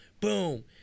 boom